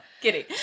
kidding